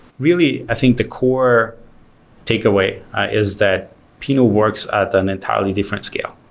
really, i think the core takeaway is that pinot works at an entirely different scale.